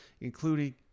including